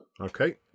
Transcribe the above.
Okay